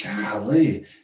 Golly